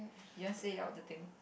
you want say out the thing